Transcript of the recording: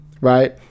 right